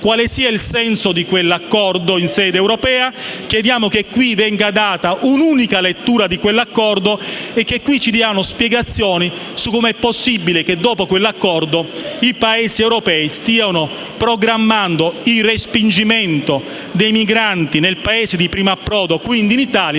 quale sia il senso di quell'accordo in sede europea, che venga data un'unica lettura di quell'accordo e che si diano spiegazioni su come è possibile che, dopo quell'accordo, i Paesi europei stiano programmando il respingimento dei migranti nei Paesi di primo approdo e quindi in Italia,